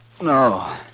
No